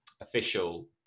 official